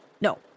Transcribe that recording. No